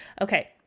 Okay